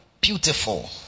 beautiful